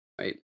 Right